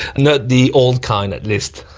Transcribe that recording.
not the old kind at least.